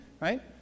right